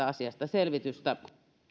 asiasta selvitystä